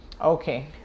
Okay